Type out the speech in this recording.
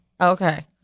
Okay